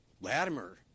Latimer